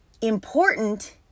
important